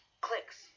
clicks